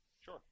Sure